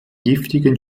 giftigen